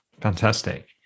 fantastic